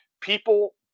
People